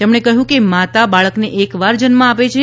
તેમણે કહયું કે માતા બાળકને એકવાર જન્મ આપે છે